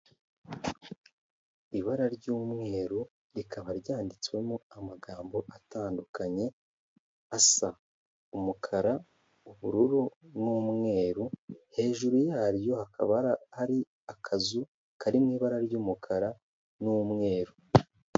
Ibara ry'umweru, rikaba ryanditswemo amagambo atandukanye, asa umukara, ubururu n'umweru, hejuru yaryo hakaba hari akazu kari mu ibara ry'umukara n'umweru.